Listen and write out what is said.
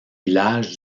villages